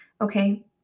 Okay